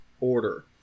order